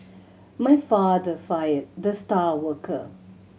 my father fired the star worker